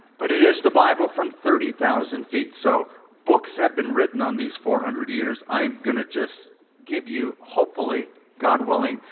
but it is the bible from thirty thousand feet, so books have been written on these four hundred years. i'm going to just give you, hopefully god willing,